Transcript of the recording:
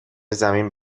زمین